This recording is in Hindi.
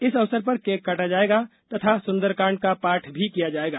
इस अवसर पर केक काटा जाएगा तथा सुदरकांड का पाठ भी किया जाएगा